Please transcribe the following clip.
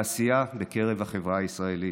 בעשייה בקרב החברה הישראלית.